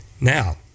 Now